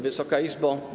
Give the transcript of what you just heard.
Wysoka Izbo!